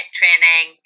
training